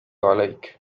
عليك